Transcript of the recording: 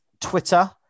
Twitter